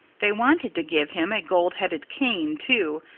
they wanted to give him a gold-headed cane, too.